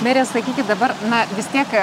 mere sakykit dabar na vis tiek